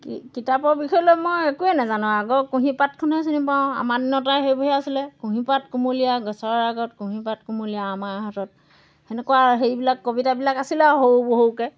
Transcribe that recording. কি কিতাপৰ বিষয়লৈ মই একোৱেই নাজানো আৰু আগৰ কুঁহিপাতখনহে চিনি পাওঁ আমাৰ দিনত আৰু সেইবোৰহে আছিলে কুঁহিপাত কোমলীয়া গছৰ আগত কুঁহিপাত কোমলীয়া আমাৰ হাতত সেনেকুৱা সেইবিলাক কবিতাবিলাক আছিলে আৰু সৰু সৰুকৈ